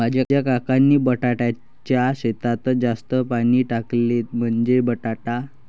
माझ्या काकांनी बटाट्याच्या शेतात जास्त पाणी टाकले, म्हणजे बटाटा